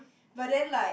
but then like